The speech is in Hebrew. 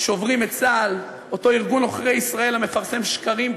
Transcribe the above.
"שוברים את צה"ל" אותו ארגון עוכרי ישראל המפרסם שקרים,